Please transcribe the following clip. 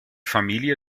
familie